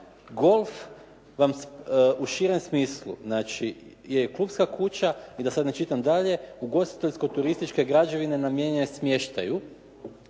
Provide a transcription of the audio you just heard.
golf vam u širem smislu, znači je klubska kuća i da sad ne čitam dalje ugostiteljsko-turističke građevine namijenjene smještaju